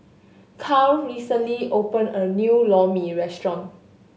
Cale recently opened a new Lor Mee restaurant